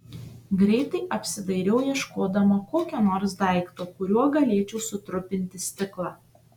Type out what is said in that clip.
greitai apsidairiau ieškodama kokio nors daikto kuriuo galėčiau sutrupinti stiklą